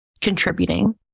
contributing